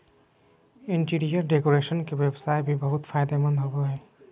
interior decoration के व्यवसाय भी बहुत फायदेमंद होबो हइ